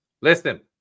Listen